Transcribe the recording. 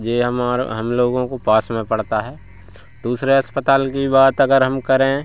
जे हमारा हम लोगों को पास में पड़ता है दूसरे अस्पताल की बात अगर हम करें